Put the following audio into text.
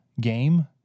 game